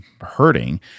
hurting